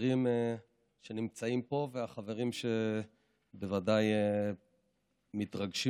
החברים שנמצאים פה והחברים שבוודאי מתרגשים